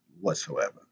whatsoever